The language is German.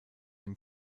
dem